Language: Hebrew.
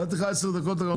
נתתי לך עשר דקות להנמקה.